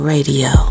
Radio